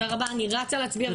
תודה רבה, אני רצה להצביע וחוזרת.